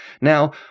Now